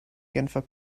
genfer